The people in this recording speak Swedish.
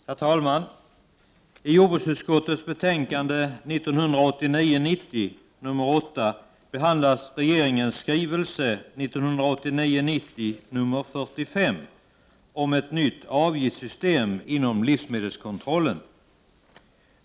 Herr talman! I jordbruksutskottets betänkande 1989 90:45 om ett nytt avgiftssystem inom livsmedelskontrollen.